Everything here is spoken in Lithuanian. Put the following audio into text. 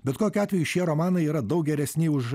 bet kokiu atveju šie romanai yra daug geresni už